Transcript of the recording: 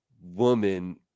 woman